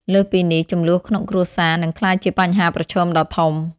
លើសពីនេះ ជម្លោះក្នុងគ្រួសារ នឹងក្លាយជាបញ្ហាប្រឈមដ៏ធំ។